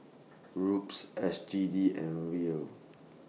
Ruble S G D and Riel